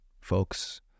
folks